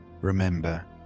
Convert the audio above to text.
Remember